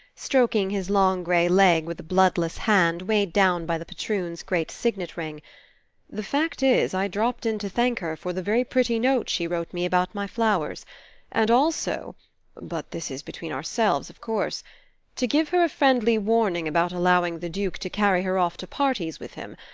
stroking his long grey leg with a bloodless hand weighed down by the patroon's great signet-ring, the fact is, i dropped in to thank her for the very pretty note she wrote me about my flowers and also but this is between ourselves, of course to give her a friendly warning about allowing the duke to carry her off to parties with him.